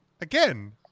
again